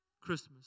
Christmas